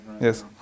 Yes